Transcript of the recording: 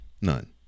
None